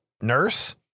nurse